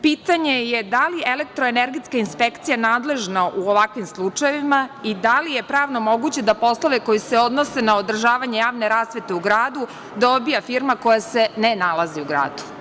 Pitanje je da li elektro-energetska inspekcija nadležna u ovakvim slučajevima i da li je pravno moguće da poslove koji se odnose na održavanje javne rasvete u gradu dobija firma koja se ne nalazi u gradu.